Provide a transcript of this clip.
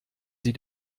sie